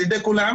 על ידי כולם,